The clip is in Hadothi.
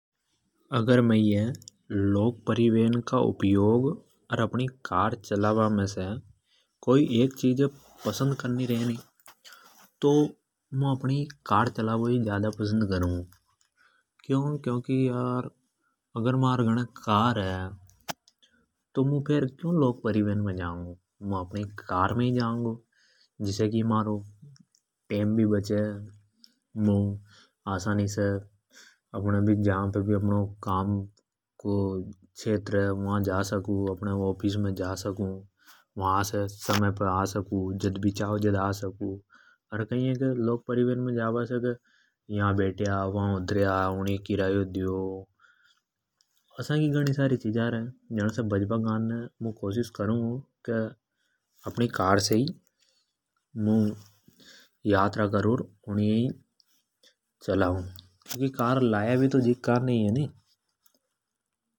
अगर मै ये लोक परिवहन का उपयोग अर अपनी कार चलाबा मे से कोई एक चिज है पसंद करनी रे नि तो मुं कार चलाबो पसंद करूँगो। क्योंकि अगर मार गोने अपनी कार है तो फेर् मु क्यों लोक परिवहन मे जांगु। मुं तो अपनी कार मे ही जाऊंगो जिसे की टेम् भी बचे आसानी से अपने काम की जगह भी पॉछ जावा। कदे बी ऑफिस मे जा सकूँ। आ सकूँ फण कई है की लोक परिवहन मे या बैठे वा उतरया। अणी कारण से ही मु महारी कार को उपयोग यात्रा के लिए करूँगो। क्योंकि कार लाया भी तो जीके कान ने ही है नि।